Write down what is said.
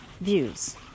views